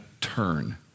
turn